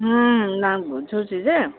ହଁ ନାଁ ବୁଝୁଛି ଯେ